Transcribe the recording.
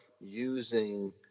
using